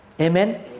Amen